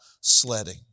sledding